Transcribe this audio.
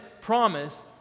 promise